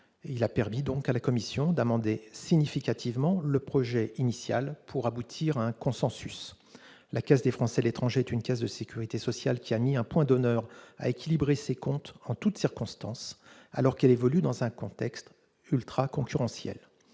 qui a permis à la commission d'amender significativement le texte initial, aboutissant à un consensus. La Caisse des Français de l'étranger est une caisse de sécurité sociale qui a mis un point d'honneur à équilibrer ses comptes en toutes circonstances, alors qu'elle évolue dans un contexte ultraconcurrentiel.